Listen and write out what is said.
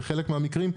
בחלק מהמקרים,